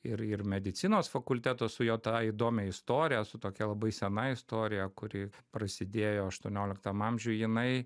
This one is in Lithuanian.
ir ir medicinos fakulteto su jo ta įdomia istorija su tokia labai senai istorija kuri prasidėjo aštuonioliktam amžiuj jinai